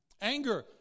Anger